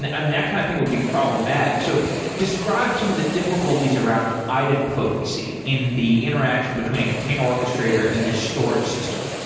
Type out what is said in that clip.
um that kind of thing would be problematic. so describe some of the difficulties around item potency in the interaction between a container orchestrator and the storage system.